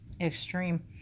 extreme